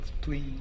please